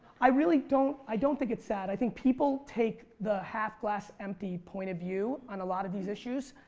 i really don't, i don't think it is sad. i think people take the half glass empty point of view on a lot of these issues.